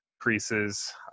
increases